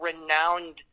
renowned